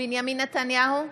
בנימין נתניהו,